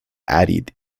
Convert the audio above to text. àrid